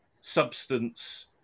substance